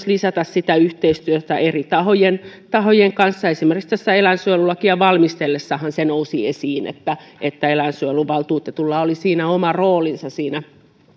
lisätä sitä yhteistyötä eri tahojen tahojen kanssa esimerkiksi eläinsuojelulakia valmistellessahan nousi esiin se että eläinsuojeluvaltuutetulla oli oma roolinsa siinä